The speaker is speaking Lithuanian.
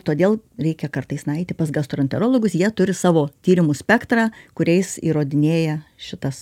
todėl reikia kartais nueiti pas gastroenterologus jie turi savo tyrimų spektrą kuriais įrodinėja šitas